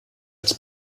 als